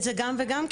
זה גם וגם,